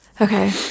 okay